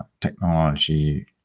technology